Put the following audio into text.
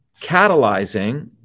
catalyzing